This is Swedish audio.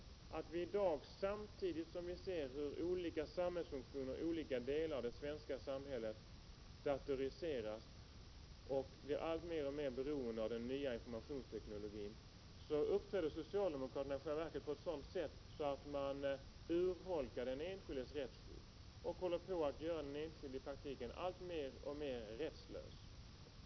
Samtidigt som vi ser hur samhällsfunktioner i olika delar av det svenska samhället i dag datoriseras och blir alltmer beroende av den nya informationsteknologin, uppträder socialdemokraterna i själva verket på ett sådant sätt att det urholkar den enskildes rättsskydd och håller på att göra den enskilde i praktiken alltmer rättslös.